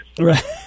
Right